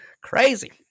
crazy